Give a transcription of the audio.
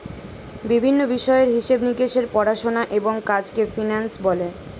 বিভিন্ন বিষয়ের হিসেব নিকেশের পড়াশোনা এবং কাজকে ফিন্যান্স বলে